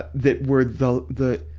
that were the, the,